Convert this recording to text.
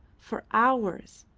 for hours,